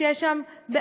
שיש לה בעיות